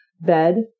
bed